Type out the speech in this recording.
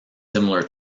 similar